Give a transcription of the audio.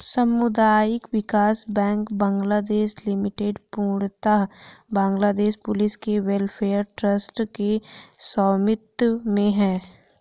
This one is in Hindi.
सामुदायिक विकास बैंक बांग्लादेश लिमिटेड पूर्णतः बांग्लादेश पुलिस वेलफेयर ट्रस्ट के स्वामित्व में है